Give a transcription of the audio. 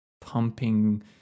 pumping